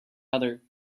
other